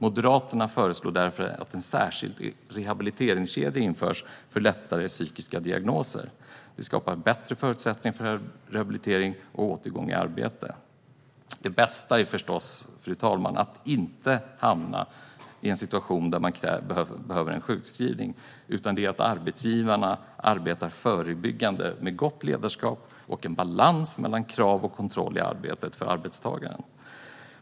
Moderaterna föreslår därför att en särskild rehabiliteringskedja införs för lättare psykiska diagnoser. Det skapar bättre förutsättningar för rehabilitering och återgång i arbete. Det bästa, fru talman, är förstås att inte hamna i en situation som kräver sjukskrivning. Det bästa är att arbetsgivarna arbetar förebyggande med gott ledarskap och balans mellan krav och kontroll i arbetet för arbetstagaren.